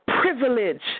privilege